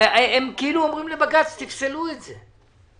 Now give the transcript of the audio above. כאילו אומרים לבג"ץ שיפסלו את זה.